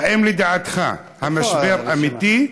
האם לדעתך המשבר אמיתי,